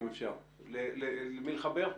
שלום לכולם.